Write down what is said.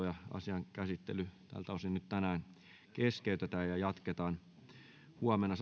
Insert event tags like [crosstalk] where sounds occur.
[unintelligible] ja asian käsittely tältä osin tänään keskeytetään ja jatketaan huomenna [unintelligible]